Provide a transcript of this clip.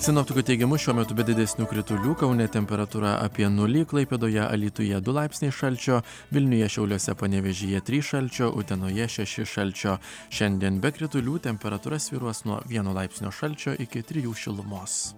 sinoptikų teigimu šiuo metu be didesnių kritulių kaune temperatūra apie nulį klaipėdoje alytuje du laipsniai šalčio vilniuje šiauliuose panevėžyje trys šalčio utenoje šeši šalčio šiandien be kritulių temperatūra svyr uos nuo vieno laipsnio šalčio iki tirjų šilumos